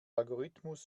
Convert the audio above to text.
algorithmus